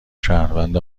شهروند